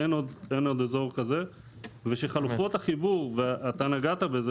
אין עוד אזור כזה ושחלופות החיבור ואתה נגעת בזה,